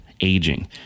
Aging